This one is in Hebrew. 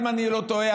אם אני לא טועה,